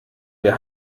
wer